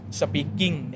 speaking